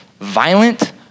violent